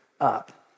up